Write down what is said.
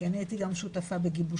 כי אני הייתי גם שותפה בגיבושה,